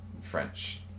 French